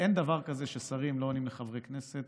אין דבר כזה ששרים לא עונים לחברי כנסת